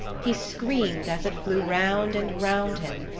he screamed as it flew round and round him,